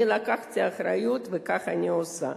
אני לקחתי אחריות, וכך אני עושה.